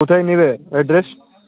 কোথায় নিবে অ্যাড্রেস